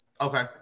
Okay